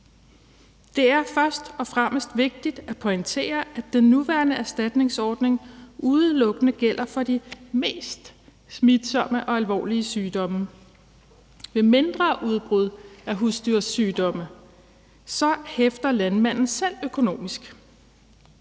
Det er først og fremmest vigtigt at prioritere, at den nuværende erstatningsordning udelukkende gælder for de mest smitsomme og alvorlige sygdomme. Ved mindre udbud af husdyrsygdomme hæfter landmanden selv økonomisk.